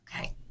Okay